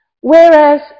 Whereas